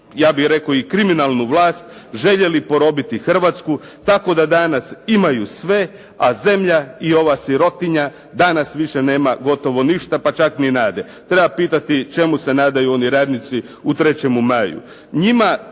ja bih rekao i kriminalnu vlast, željeli porobiti Hrvatsku tako da danas imaju sve a zemlja i ova sirotinja danas više nema gotovo ništa, pa čak ni nade. Treba pitati čemu se nadaju oni radnici u „3. maju“.